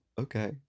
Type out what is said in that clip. Okay